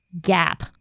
gap